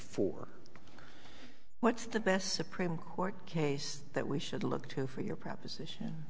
four what's the best supreme court case that we should look to for your proposition